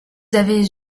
avez